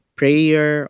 prayer